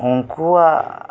ᱩᱱᱠᱩᱣᱟᱜ